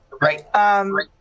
Right